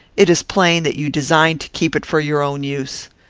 it is plain that you designed to keep it for your own use.